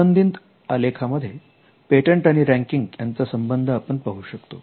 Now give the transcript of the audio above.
संबंधित आलेखा मध्ये पेटंट आणि रँकिंग यांचा संबंध आपण पाहू शकतो